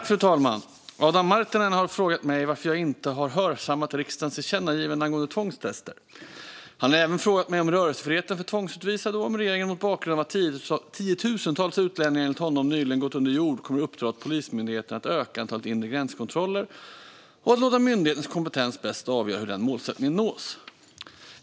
Fru talman! har frågat mig varför jag inte har hörsammat riksdagens tillkännagivande angående tvångstester. Han har även frågat mig om rörelsefriheten för tvångsutvisade och om regeringen mot bakgrund av att tiotusentals utlänningar, enligt honom, nyligen gått under jord kommer att uppdra åt Polismyndigheten att öka antalet inre gränskontroller och att låta myndighetens kompetens bäst avgöra hur den målsättningen nås.